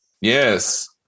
Yes